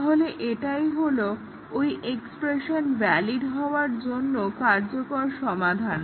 তাহলে এটাই হলো ওই এক্সপ্রেশন ভ্যালিড হওয়ার জন্য কার্যকর সমাধান